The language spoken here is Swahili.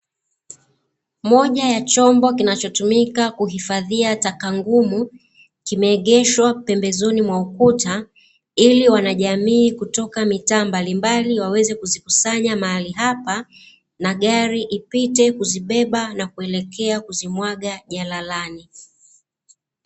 Moja ya chombo kinachotumika kuhifadhia taka ngumu, kimeegeshwa pembezoni mwa ukuta ili wanajamii kutoka mitaa mbalimbali waweze kuzikusanya mahali hapa, na gari ipite kuzibeba na kuelekea kuzimwaga jalalani.